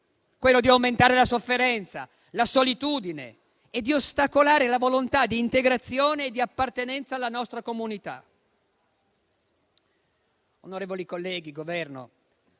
quello di aumentare la sofferenza e la solitudine e di ostacolare la volontà di integrazione e di appartenenza alla nostra comunità?